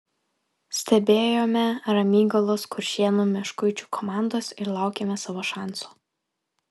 stebėjome ramygalos kuršėnų meškuičių komandas ir laukėme savo šanso